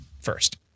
first